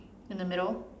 in the middle